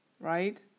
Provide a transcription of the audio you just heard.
right